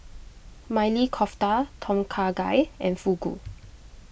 Maili Kofta Tom Kha Gai and Fugu